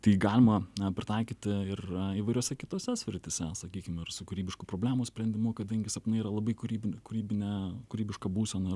tai galima pritaikyti ir įvairiose kitose srityse sakykim ir su kūrybišku problemų sprendimu kadangi sapnai yra labai kūrybinių kūrybine kūrybiška būsena